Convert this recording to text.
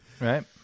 Right